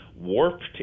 warped